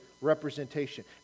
representation